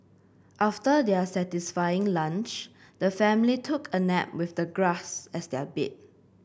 after their satisfying lunch the family took a nap with the grass as their bed